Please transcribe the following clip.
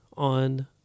on